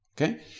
Okay